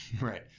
Right